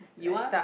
you want